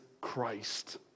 Christ